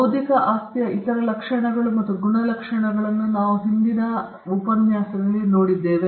ಮತ್ತು ಬೌದ್ಧಿಕ ಆಸ್ತಿಯ ಇತರ ಲಕ್ಷಣಗಳು ಅಥವಾ ಗುಣಲಕ್ಷಣಗಳನ್ನು ನಾವು ನೋಡಿದೆವು